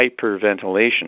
hyperventilation